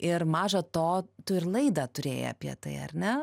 ir maža to tu ir laidą turėjai apie tai ar ne